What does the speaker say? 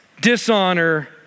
dishonor